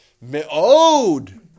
Me'od